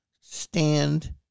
stand